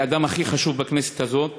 כאדם הכי חשוב בכנסת הזאת,